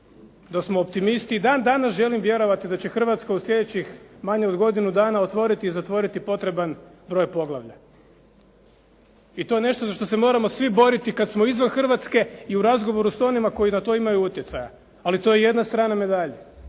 da smo optimisti i dan danas želim vjerovati da će Hrvatska u sljedećih manje od godinu dana otvoriti i zatvoriti potreban broj poglavlja. I to je nešto za što se moramo svi boriti kad smo izvan Hrvatske i u razgovoru s onima koji na to imaju utjecaja. Ali, to je jedna strana medalje.